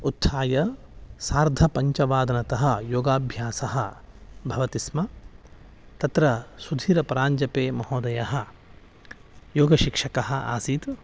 उत्थाय सार्धपञ्चवादनतः योगाभ्यासः भवति स्म तत्र सुधिरपराञ्जपेमहोदयः योगशिक्षकः आसीत्